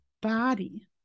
body